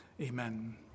amen